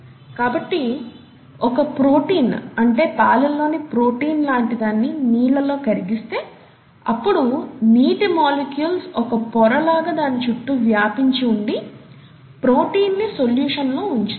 కాబట్టి ఒక ప్రోటీన్ అంటే పాలల్లోని ప్రోటీన్ లాటి దాన్ని నీళ్ళల్లో కరిగిస్తే అప్పుడు నీటి మాలిక్యూల్స్ ఒక పొరలాగా దాని చుట్టూ వ్యాపించి ఉండి ప్రోటీన్ ని సొల్యూషన్ లో ఉంచుతాయి